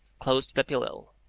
close to the pillow.